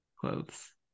clothes